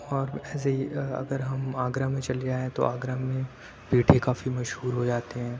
اور ایسے ہی اگر ہم آگرہ میں چلے جائیں تو آگرہ میں پیٹھے کافی مشہور ہو جاتے ہیں